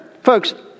Folks